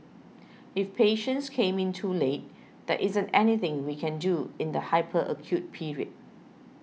if patients come in too late there isn't anything we can do in the hyper acute period